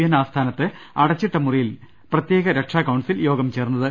N ആസ്ഥാനത്ത് അടച്ചിട്ട മുറിയിൽ പ്രത്യേക രക്ഷാകൌൺസിൽ യോഗം ചേർന്നത്